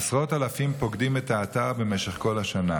עשרות אלפים פוקדים את האתר במשך כל השנה,